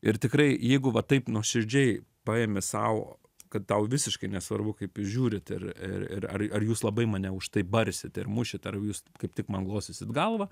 ir tikrai jeigu va taip nuoširdžiai paimi sau kad tau visiškai nesvarbu kaip jūs žiūrit ir ir ir ar ar jūs labai mane už tai barsit ir mušit ar jūs kaip tik man glostysit galvą